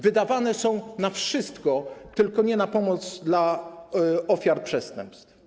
Wydawane są na wszystko, tylko nie na pomoc dla ofiar przestępstw.